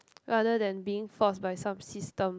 rather than being forced by some system